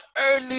early